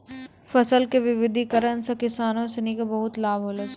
फसल के विविधिकरण सॅ किसानों सिनि क बहुत लाभ होलो छै